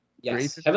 Yes